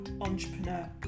Entrepreneur